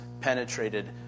penetrated